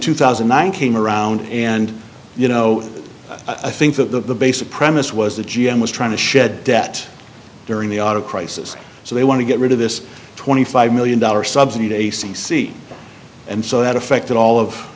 two thousand and nine came around and you know i think that the basic premise was that g m was trying to shed debt during the auto crisis so they want to get rid of this twenty five million dollars subsidy to a c c and so that affected all of